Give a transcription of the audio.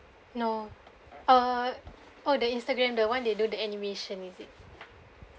no uh oh the Instagram the one they do the animation is it